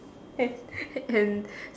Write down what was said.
and a~ and